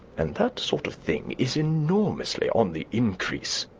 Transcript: and that sort of thing is enormously on the increase.